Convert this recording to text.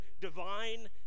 divine